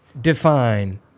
define